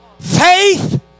faith